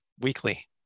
weekly